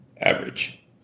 average